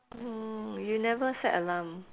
orh you never set alarm